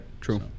true